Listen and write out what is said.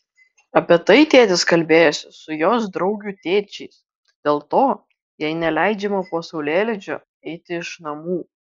apie tai tėtis kalbėjosi su jos draugių tėčiais dėl to jai neleidžiama po saulėlydžio eiti iš namų